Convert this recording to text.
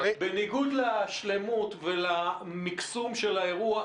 בניגוד לשלמות ולמקסום של האירוע,